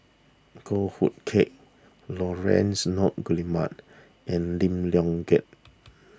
Goh Hood Keng Laurence Nunns Guillemard and Lim Leong Geok